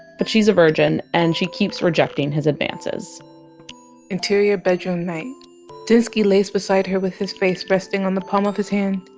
but she's a virgin and she keeps rejecting his advances interior bedroom night dinsky lays beside her with his face resting on the palm of his hand.